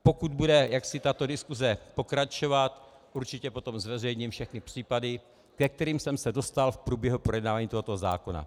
Pokud bude jaksi tato diskuse pokračovat, určitě potom zveřejním všechny případy, ke kterým jsem se dostal v průběhu projednávání tohoto zákona.